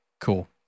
Cool